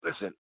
listen